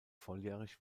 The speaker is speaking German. volljährig